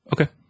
Okay